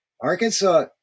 Arkansas